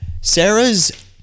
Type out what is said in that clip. Sarah's